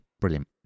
Brilliant